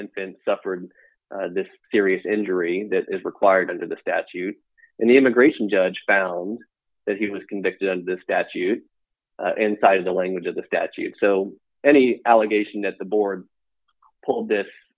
infant suffered this serious injury that is required under the statute and the immigration judge found that he was convicted of this statute and cited the language of the statute so any allegation that the board d pulled this